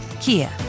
Kia